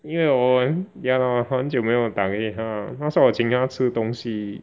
因为我很 ya lor 很久没有打给他他说我请他吃东西